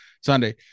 Sunday